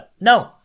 no